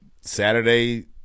Saturday